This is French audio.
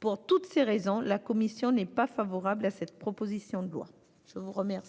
Pour toutes ces raisons, la commission n'est pas favorable à cette proposition de loi. La parole